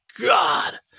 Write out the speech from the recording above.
God